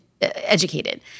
educated